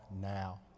now